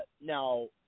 now